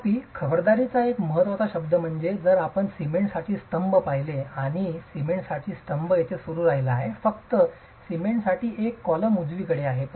तथापि खबरदारीचा एक महत्त्वाचा शब्द म्हणजे जर आपण सिमेंटसाठी स्तंभ पाहिले तर आणि सिमेंटसाठी स्तंभ येथे सुरू राहिला आहे फक्त सिमेंटसाठी एकच कॉलम उजवीकडे आहे